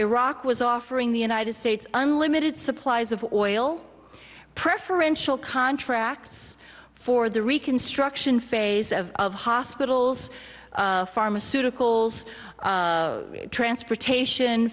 iraq was offering the united states unlimited supplies of oil preferential contracts for the reconstruction phase of of hospitals pharmaceuticals transportation